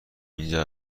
اینجا